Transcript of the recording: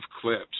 clips